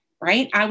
right